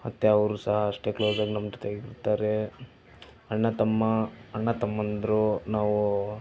ಮತ್ತೆ ಅವರು ಸಹ ಅಷ್ಟೇ ಕ್ಲೋಸಾಗಿ ನಮ್ಮ ಜೊತೆಗಿರ್ತಾರೆ ಅಣ್ಣ ತಮ್ಮ ಅಣ್ಣ ತಮ್ಮಂದಿರು ನಾವು